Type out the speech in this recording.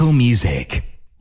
Music